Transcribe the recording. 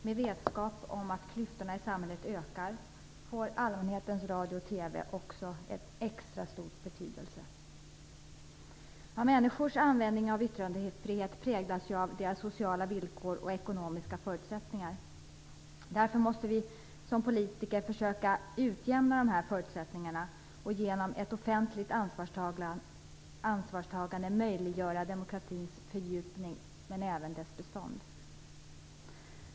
Med vår vetskap om att klyftorna i samhället ökar får allmänhetens radio och TV också extra stor betydelse. Människors användning av yttrandefrihet präglas ju av deras sociala villkor och ekonomiska förutsättningar. Därför måste vi som politiker försöka utjämna dessa förutsättningar och genom ett offentligt ansvarstagande möjliggöra demokratins fördjupning men även dess bestånd.